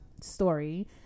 story